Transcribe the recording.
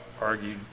argued